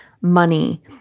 money